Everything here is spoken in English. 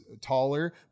taller